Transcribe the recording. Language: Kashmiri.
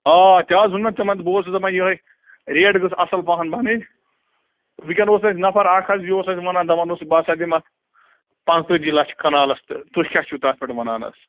آ تہِ حظ ووٚن مےٚ تِمَن بہٕ اوسُس دَپان یِہے ریٹ گٔژھ اَصٕل پَہَن بَننۍ وٕنکٮ۪ن اوس اَسہِ نَفر اَکھ حظ یہِ اوس اَسہِ وَنان دَپان اوس بہٕ ہسا دِم اَتھ پَنٛژتٲجی لَچھ کَنالَس تہٕ تُہۍ کیٛاہ چھِو تَتھ پٮ۪ٹھ وَنان حظ